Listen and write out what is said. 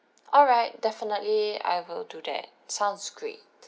alright definitely I will do that sounds great